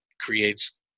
creates